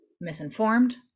misinformed